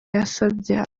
yasabye